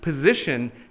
position